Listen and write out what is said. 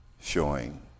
showing